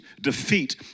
defeat